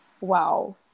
wow